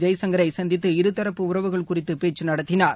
ஜெய்சங்கரை சந்தித்து இருதரப்பு உறவுகள் குறித்து பேச்சு நடத்தினார்